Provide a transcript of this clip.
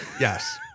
yes